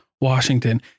Washington